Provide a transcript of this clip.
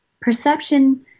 Perception